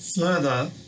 further